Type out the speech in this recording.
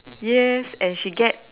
yes and she get